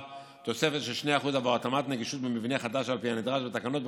תוספת של 2% עבור התאמות נגישות במבנה חדש על פי הנדרש בתקנות.